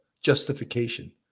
Justification